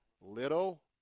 Little